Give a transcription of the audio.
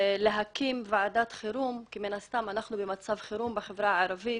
ולהקים ועדת חרום כי מן הסתם אנחנו במצב חרום בחברה הערבית.